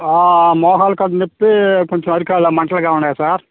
మోకాళ్ళ కాడ నొప్పి కొంచెం అరికాళ్ళలో మంటలుగా ఉన్నాయి సార్